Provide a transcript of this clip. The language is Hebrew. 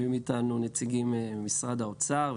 יושבים איתנו נציגים ממשרד האוצר,